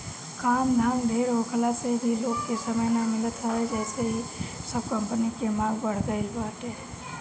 काम धाम ढेर होखला से भी लोग के समय ना मिलत हवे जेसे इ सब कंपनी के मांग बढ़ गईल बाटे